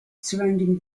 surrounding